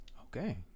Okay